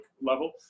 level